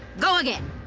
go again.